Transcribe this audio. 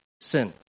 sin